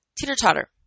teeter-totter